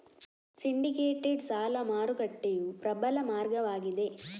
syndicated ಸಾಲ ಮಾರುಕಟ್ಟೆಯು ಪ್ರಬಲ ಮಾರ್ಗವಾಗಿದೆ